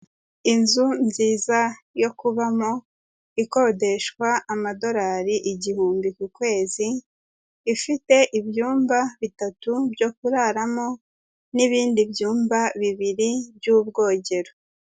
Inzu nziza yo kubamo, ikodeshwa amadolari igihumbi ku kwezi, ifite ibyumba bitatu byo kuraramo, n'ibindi byumba bibiri by'ubwogero.